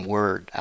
Word